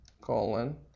colon